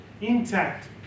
intact